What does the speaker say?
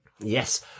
Yes